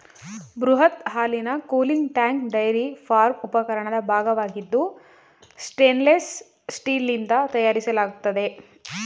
ಬೃಹತ್ ಹಾಲಿನ cooling tank dairy farm ಉಪಕರಣದ ಭಾಗವಾಗಿದ್ದು ಸ್ಟೇನ್ಲೆಸ್ ಸ್ಟೀಲ್ನಿಂದ ತಯಾರಿಸಲಾಗ್ತದೆ